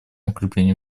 укреплению